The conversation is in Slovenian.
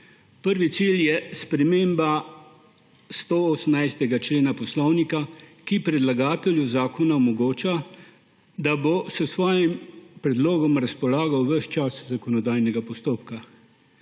Prvi cilj je sprememba 118. člena Poslovnika, ki predlagatelju zakona omogoča, da bo s svojim predlogom razpolagal ves čas zakonodajnega postopka.